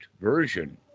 version